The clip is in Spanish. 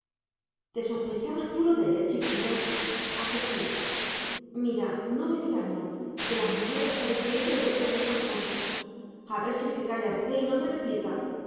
te sospechabas tú lo de ayer chiquilla a que sí mira no me digas no que las mujeres estáis siempre de vuelta en esas cosas a ver si se calla usted y no me replica